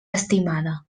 estimada